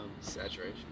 saturation